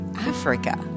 Africa